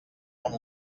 com